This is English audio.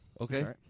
Okay